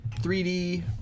3D